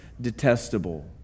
detestable